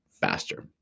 faster